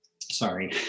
sorry